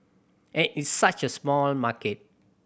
and it's such a small market